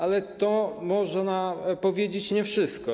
Ale to, można powiedzieć, nie wszystko.